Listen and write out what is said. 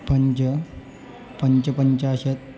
पञ्च पञ्चपञ्चाशत्